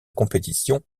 compétition